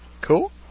Cool